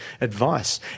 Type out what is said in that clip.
advice